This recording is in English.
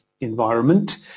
environment